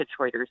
Detroiters